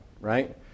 right